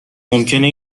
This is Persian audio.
ممکنه